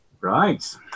Right